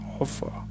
offer